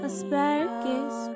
Asparagus